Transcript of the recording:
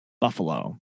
buffalo